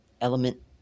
element